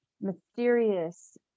mysterious